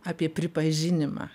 apie pripažinimą